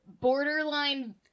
borderline